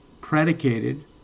predicated